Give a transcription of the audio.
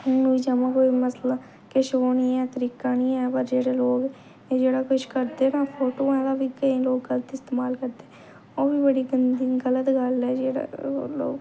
हून ओह् कोई मसला किश ओह् नी ऐ तरीका नेईं ऐ पर जेह्ड़े लोग एह् जेह्ड़ा किश करदे ना फोटोआं दा बी केईं लोग गल्त इस्तमाल करदे ओह् बड़ा गलत गल्ल ऐ जेह्ड़ा लोग